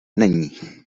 není